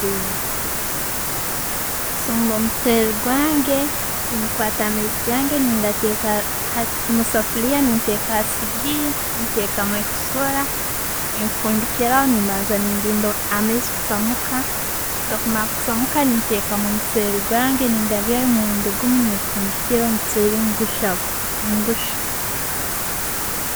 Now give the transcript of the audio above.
Kuchumba 0mucheri gwange, nenkwata amaizi gange, ngateeka 0musefuliiya nenteka hasigiri, nentekamu ekisuura, nenfundikiraho nembaza nendida amaizi kuchamuka. Gakumara kuchamuka, nentekamu 0mucheeri gwange, nendabyamu 0murundi gumu nenfundikira, 0mucheeri neguchya.